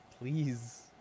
please